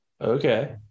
Okay